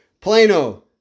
Plano